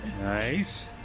Nice